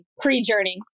pre-journey